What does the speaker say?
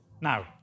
Now